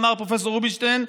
אמר פרופ' רובינשטיין,